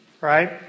right